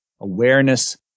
awareness